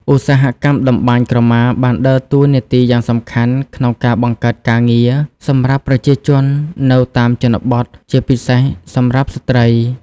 ឧស្សាហកម្មត្បាញក្រមាបានដើរតួនាទីយ៉ាងសំខាន់ក្នុង ការបង្កើតការងារ សម្រាប់ប្រជាជននៅតាមតំបន់ជនបទ ជាពិសេសសម្រាប់ស្ត្រី។